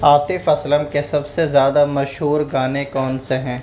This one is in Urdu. عاطف اسلم کے سب سے زیادہ مشہور گانے کون سے ہیں